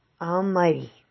Almighty